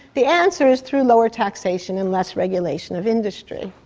the answer is through lower taxation and less regulation of industry.